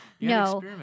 No